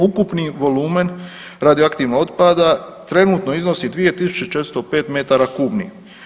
Ukupni volumen radioaktivnog otpada trenutno iznosi 2405 metara kubnih.